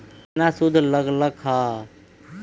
केतना सूद लग लक ह?